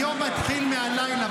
היום מתחיל מהלילה,